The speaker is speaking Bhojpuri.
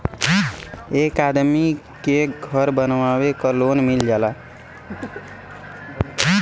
एक आदमी के घर बनवावे क लोन मिल जाला